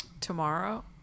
Tomorrow